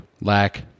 Lack